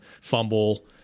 fumble